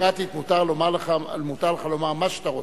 במדינה דמוקרטית מותר לך לומר מה שאתה רוצה.